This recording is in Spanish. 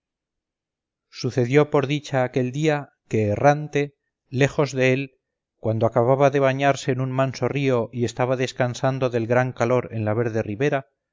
sucedió por dicha aquel día que errante lejos de él cuando acababa de bañarse en un manso río y estaba descansando del gran calor en la verde ribera